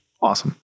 awesome